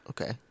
Okay